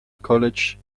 college